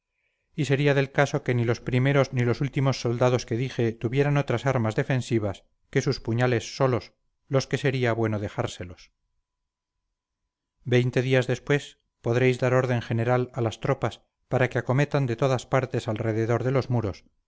y sería del caso que ni los primeros ni los últimos soldados que dije tuvieran otras armas defensivas que sus puñales solos los que sería bueno dejárselos veinte días después podréis dar orden general a las tropas para que acometan de todas partes alrededor de los muros